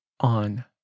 on